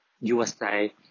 USA